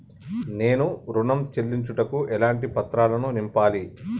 నేను ఋణం చెల్లించుటకు ఎలాంటి పత్రాలను నింపాలి?